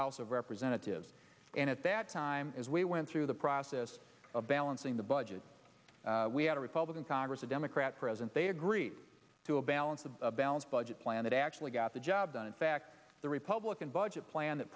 house of representatives and at that time as we went through the process of balancing the budget we had a republican congress a democrat president they agreed to a balance of a balanced budget plan that actually got the job done in fact the republican budget plan that